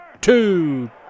two